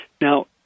Now